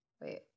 Wait